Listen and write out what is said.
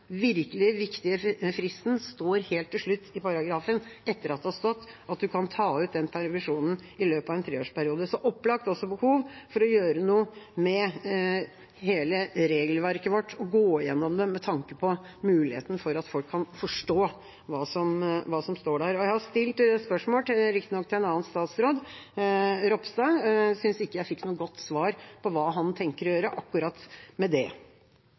virkelig viktige fristen, står helt til slutt i paragrafen, etter at det står at man kan ta ut den permisjonen i løpet av en treårsperiode. Så det er opplagt også et behov for å gjøre noe med hele regelverket vårt og gå igjennom det, med tanke på muligheten for at folk skal kunne forstå det som står der. Jeg har stilt spørsmål til riktignok en annen statsråd, Ropstad, og jeg synes ikke jeg fikk et godt svar på hva han tenker å gjøre med det.